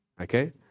okay